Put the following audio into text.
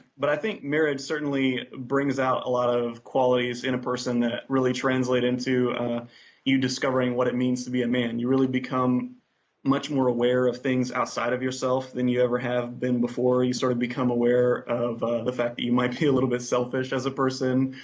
but i think marriage certainly brings out a lot of qualities in a person that really translate into you discovering what it means to be a man. you really become much more aware of things outside of yourself than you ever have been before, you start to sort of become aware of ah the fact that you might feel a little bit selfish as a person